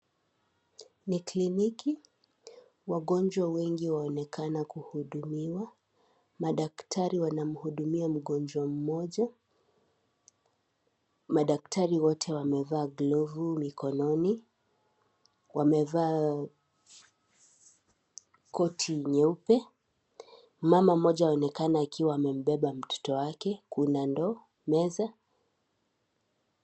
Ni kliniki, wagonjwa wengi waonekana kuhudumiwa, madaktari wanamhudumia mgonjwa mmoja, madaktari wote wamevaa glovu mikononi, wamevaa koti nyeupe, mama mmoja aonekana akiwa amembeba mtoto wake, kuna ndoo, meza.